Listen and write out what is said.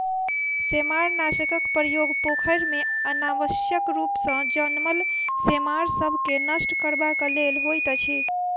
सेमारनाशकक प्रयोग पोखैर मे अनावश्यक रूप सॅ जनमल सेमार सभ के नष्ट करबाक लेल होइत अछि